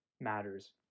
matters